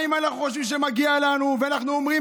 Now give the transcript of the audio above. גם אם אנחנו חושבים שמגיע לנו ואנחנו אומרים